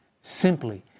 simply